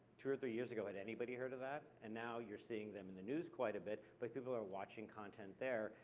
two or three years ago, had anybody head of that? and now you're seeing them in the news quite a bit, because but people are watching content there,